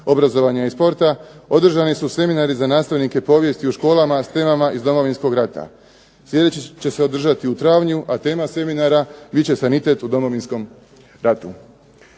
obrazovanja i sporta održani su seminari za nastavnike povijesti u školama s temama iz Domovinskog rata. Sljedeći će se održati u travnju, a tema seminara bit će sanitet u Domovinskom ratu.